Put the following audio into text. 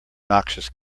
noxious